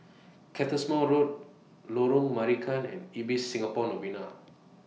Cottesmore Road Lorong Marican and Ibis Singapore Novena